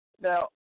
Now